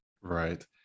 right